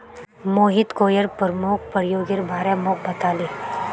Mohit coir प्रमुख प्रयोगेर बारे मोक बताले